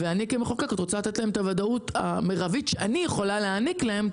ואני כמחוקקת רוצה לתת את הוודאות המרבית שאני יכולה להעניק להם,